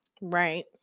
Right